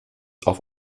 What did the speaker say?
auf